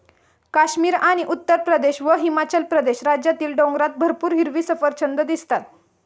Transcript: काश्मीर आणि उत्तरप्रदेश व हिमाचल प्रदेश राज्यातील डोंगरात भरपूर हिरवी सफरचंदं दिसतात